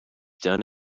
done